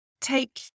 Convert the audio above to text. take